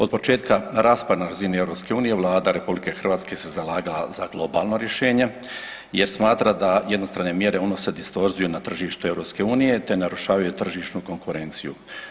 Od početka rasprava na razini EU Vlada RH se zalagala za globalno rješenje jer smatra da jednostrane mjere unose distorziju na tržište EU te narušavaju tržišnu konkurenciju.